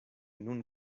nun